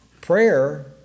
Prayer